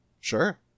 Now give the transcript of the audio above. sure